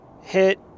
Hit